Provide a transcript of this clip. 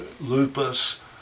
lupus